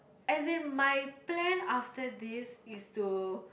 as in my plan after this is to